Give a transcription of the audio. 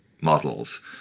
models